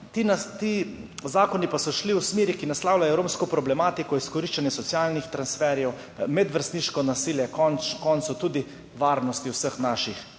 Ti zakoni pa so šli v smeri, ki naslavlja romsko problematiko, izkoriščanje socialnih transferjev, medvrstniško nasilje, konec koncev tudi varnosti vseh naših